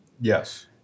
yes